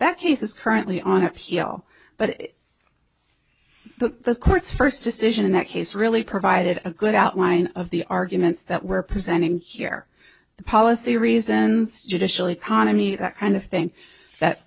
that case is currently on appeal but the court's first decision in that case really provided a good outline of the arguments that were presented here the policy reasons judicially chrono me that kind of thing that